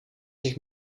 zich